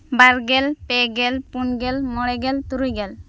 ᱵᱟᱨ ᱜᱮᱞ ᱯᱮ ᱜᱮᱞ ᱯᱩᱱ ᱜᱮᱞ ᱢᱚᱬᱮ ᱜᱮᱞ ᱛᱩᱨᱩᱭ ᱜᱮᱞ